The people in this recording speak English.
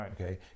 okay